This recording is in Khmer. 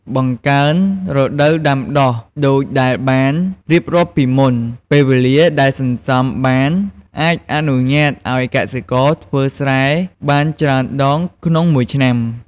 បង្កើនរដូវដាំដុះ: ដូចដែលបានរៀបរាប់ពីមុន ពេលវេលាដែលសន្សំបានអាចអនុញ្ញាតឱ្យកសិករធ្វើស្រែបានច្រើនដងក្នុងមួយឆ្នាំ។